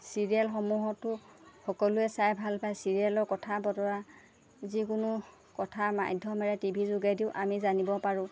চিৰিয়েলসমূহতো সকলোৱে চাই ভাল পায় চিৰিয়েলৰ কথা বতৰা যিকোনো কথা মাধ্যমেৰে টি ভি যোগেদিও আমি জানিব পাৰোঁ